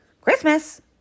Christmas